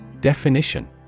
Definition